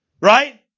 Right